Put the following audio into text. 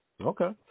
Okay